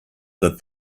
that